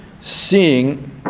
seeing